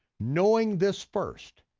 knowing this first,